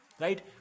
right